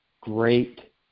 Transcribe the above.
great